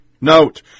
Note